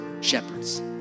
shepherds